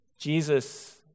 Jesus